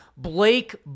Blake